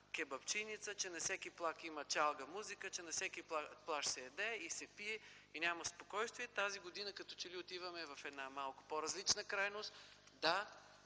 кебапчийница, че на всеки плаж има чалга музика, че на всеки плаж се яде и се пие, а няма спокойствие. Тази година като че ли отиваме в една по-различна крайност. Дай